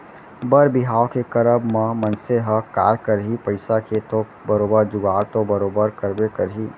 बर बिहाव के करब म मनसे ह काय करही पइसा के तो बरोबर जुगाड़ तो बरोबर करबे करही